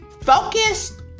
Focus